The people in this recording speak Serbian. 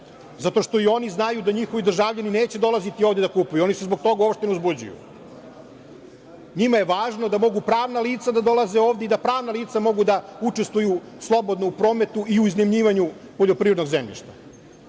na ovo? Ne. Oni znaju da njihovi državljani neće dolaziti ovde da kupuju, oni se zbog toga uopšte ne uzbuđuju. NJima je važno da mogu pravna lica da dolaze ovde i da pravna lica mogu da učestvuju slobodno u prometu i iznajmljivanju poljoprivrednog zemljišta,